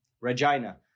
Regina